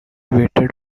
waited